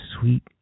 sweet